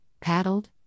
paddled